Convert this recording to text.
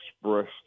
expressed